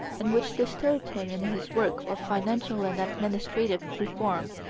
and which disturbed him in his work of financial and administrative reform,